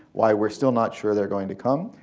why were still not sure theyre going to come,